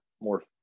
more